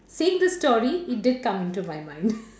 saying the story it did come into my mind